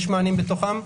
יש מענים בתוכה,